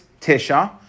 tisha